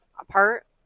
apart